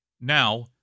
Now